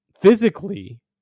physically